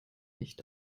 nicht